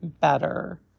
better